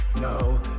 no